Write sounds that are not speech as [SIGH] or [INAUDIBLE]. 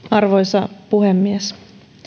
[UNINTELLIGIBLE] arvoisa puhemies